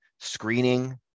screening